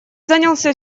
занялся